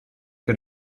che